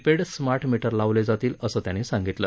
paid smart meter लावले जातील असं त्यांनी सांगितलं